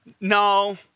No